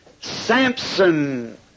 Samson